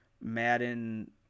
Madden